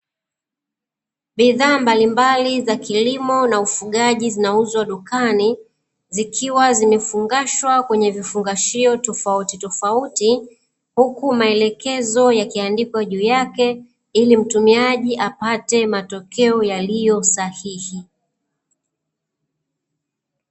Bidhaa mbalimbali za kilimo na ufugaji zinauzwa dukani zikiwa zimefungashwa kwenye vifungashio tofauti tofauti, huku maelekezo yakiandikwa juu yake ili mtumiaji apate matokeo yaliyo sahihi.